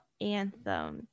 anthem